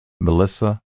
Melissa